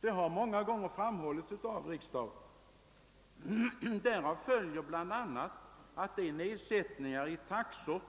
Detta har många gånger framhållits av riksdagen. Därav följer bl.a. att de nedsättningar i taxor,